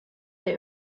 der